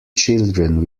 children